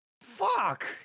Fuck